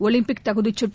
Olympic தகுதிச் சுற்று